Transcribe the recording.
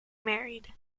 married